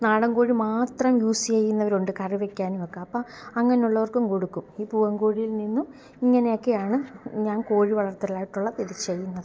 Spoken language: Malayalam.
നാടൻ കോഴി മാത്രം യൂസ് ചെയ്യുന്നവരുണ്ട് കറി വെയ്ക്കാനുമൊക്കെ അപ്പം അങ്ങനെയുള്ളവർക്കും കൊടുക്കും ഈ പൂവൻ കോഴിയിൽ നിന്നും ഇങ്ങനെയൊക്കെയാണ് ഞാൻ കോഴി വളർത്തലായിട്ടുള്ള ഇതു ചെയ്യുന്നത്